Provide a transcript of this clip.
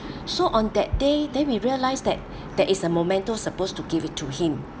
so on that day then we realize that there is a momento supposed to give it to him